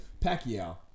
Pacquiao